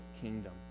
kingdom